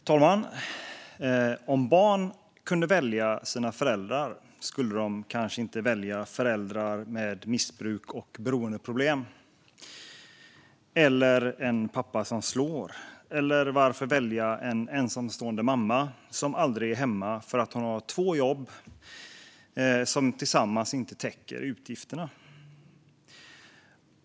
Herr talman! Om barn kunde välja sina föräldrar skulle de kanske inte välja föräldrar med missbruks och beroendeproblem eller en pappa som slår. Eller varför välja en ensamstående mamma som aldrig är hemma därför att hon har två jobb som tillsammans ändå inte täcker utgifterna?